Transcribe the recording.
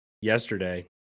yesterday